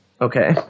Okay